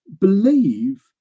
believe